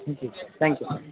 thank you sir thank you